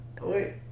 Wait